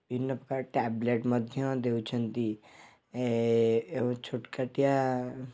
ବିଭିନ୍ନ ପ୍ରକାର ଟ୍ୟାବ୍ଲେଟ୍ ମଧ୍ୟ ଦେଉଛନ୍ତି ଏ ଏବଂ ଛୋଟ କାଟିଆ